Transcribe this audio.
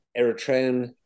Eritrean